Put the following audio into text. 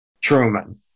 Truman